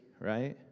right